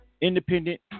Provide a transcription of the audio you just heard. independent